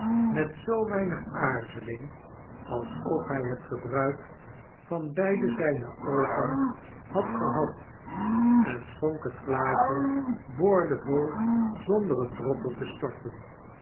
met zoo weinig aarzeling alsof hij het gebruik van beide zijne oogen had gehad en schonk het glas boordevol zonder een droppel te storten